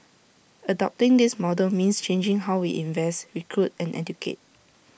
adopting this model means changing how we invest recruit and educate